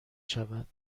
شود